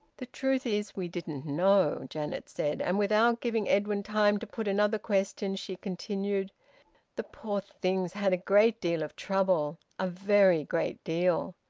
the truth is, we didn't know, janet said, and without giving edwin time to put another question, she continued the poor thing's had a great deal of trouble, a very great deal.